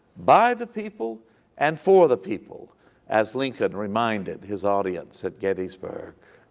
by the people and for the people as lincoln reminded his audience at gettysburg.